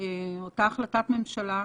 אותה החלטת ממשלה,